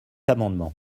amendement